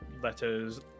letters